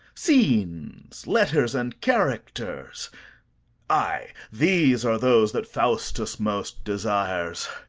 scenes, letters, and characters ay, these are those that faustus most desires.